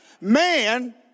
man